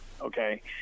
okay